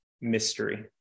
mystery